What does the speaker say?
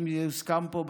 אם יוסכם פה,